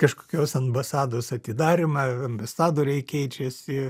kažkokios ambasados atidarymą ambasadoriai keičiasi